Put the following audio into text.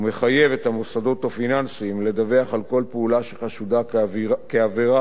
ומחייב את המוסדות הפיננסיים לדווח על כל פעולה שחשודה כעבירה